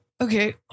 okay